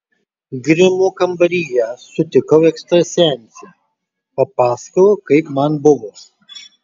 grimo kambaryje sutikau ekstrasensę papasakojau kaip man buvo